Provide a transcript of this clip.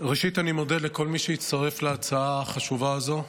ראשית אני מודה לכל מי שהצטרף להצעה החשובה הזו.